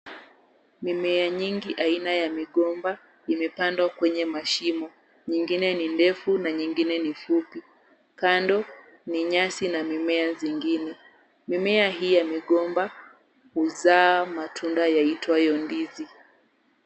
Mimea nyingi aina ya migomba imepandwa kwenye mashimo, nyingine ni ndefu na nyingine ni fupi. Kando ni nyasi na mimea zingine. Mimea hii ya migomba huzaa matunda yaitwayo ndizi.